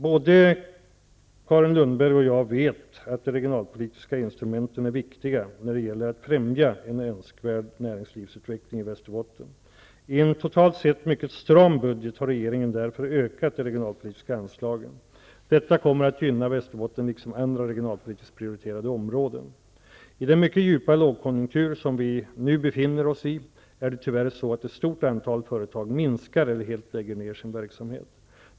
Både Carin Lundberg och jag vet att de regionalpolitiska instrumenten är viktiga när det gäller att främja en önskvärd näringslivsutveckling i Västerbotten. I en totalt sett mycket stram budget har regeringen därför ökat de regionalpolitiska anslagen. Detta kommer att gynna Västerbotten liksom andra regionalpolitiskt prioriterade områden. I den mycket djupa lågkonjunktur som vi nu befinner oss i är det tyvärr så att ett stort antal företag minskar eller helt lägger ned sin verksamhet.